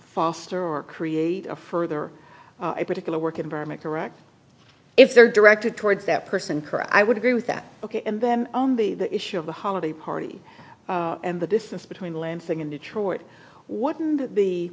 foster or create a further particular work environment correct if they're directed towards that person cry i would agree with that ok and then only the issue of the holiday party and the distance between land thing in detroit what